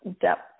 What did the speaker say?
depth